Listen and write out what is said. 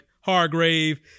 Hargrave